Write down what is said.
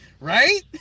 Right